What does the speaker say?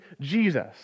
Jesus